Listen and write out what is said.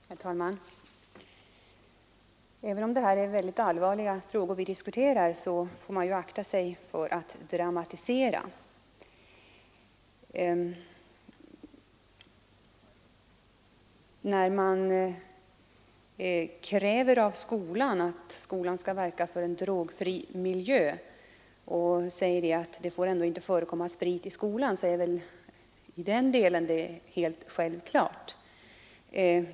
Herr talman! Även om det är väldigt allvarliga frågor vi här diskuterar får vi ju akta oss för att dramatisera. När man kräver att skolan skall verka för en drogfri miljö och säger att det får ändå inte förekomma sprit i skolan, så är väl den delen helt självklar.